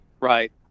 Right